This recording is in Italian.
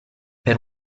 per